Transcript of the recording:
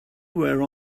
were